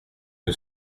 que